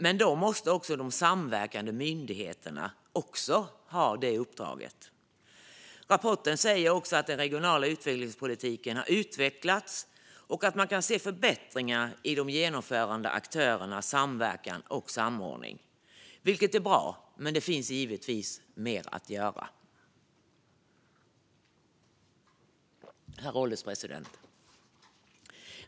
Men då måste de samverkande myndigheterna också ha detta uppdrag. Rapporten säger även att den regionala utvecklingspolitiken har utvecklats och att man kan se förbättringar i de genomförande aktörernas samverkan och samordning. Detta är bra, men det finns givetvis mer att göra. Herr ålderspresident!